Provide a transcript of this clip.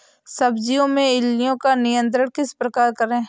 सब्जियों में इल्लियो का नियंत्रण किस प्रकार करें?